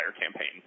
campaign